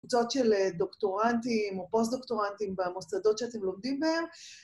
‫זאת של דוקטורנטים או פוסט-דוקטורנטים ‫במוסדות שאתם לומדים בהם.